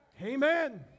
Amen